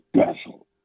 special